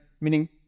meaning